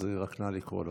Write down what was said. נא לקרוא לו.